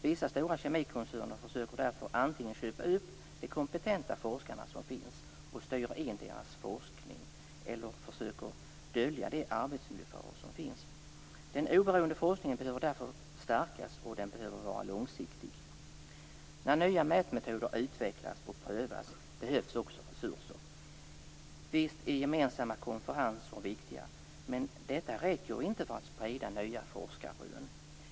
Vissa stora kemikoncerner försöker därför antingen köpa upp de kompetenta forskare som finns och styra in deras forskning eller dölja de arbetsmiljöfaror som finns. Den oberoende forskningen behöver därför stärkas, och den behöver vara långsiktig. När nya mätmetoder utvecklas och prövas behövs också resurser. Visst är gemensamma konferenser viktiga, men detta räcker inte för att sprida nya forskarrön.